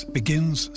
begins